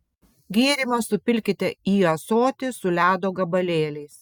gėrimą supilkite į ąsotį su ledo gabalėliais